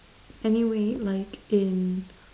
anyway like in